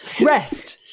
Rest